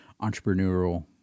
entrepreneurial